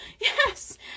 yes